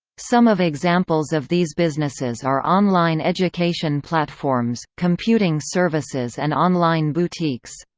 some of examples of these businesses are online education platforms, computing services and online boutiques.